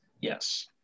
Yes